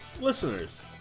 Listeners